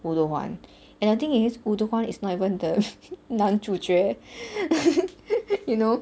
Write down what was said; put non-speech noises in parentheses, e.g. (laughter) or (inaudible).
woo do-hwan and the thing is woo do-hwan is not even the 男主角 (laughs) you know